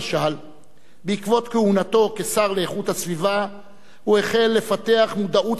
בעקבות כהונתו כשר לאיכות הסביבה הוא החל לפתח מודעות סביבתית גבוהה,